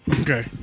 okay